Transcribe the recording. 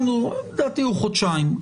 חודשיים.